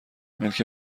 ملک